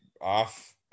off